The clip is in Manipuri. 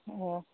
ꯑꯣ